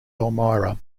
elmira